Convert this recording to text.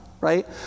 right